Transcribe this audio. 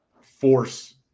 force